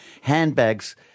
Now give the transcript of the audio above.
handbags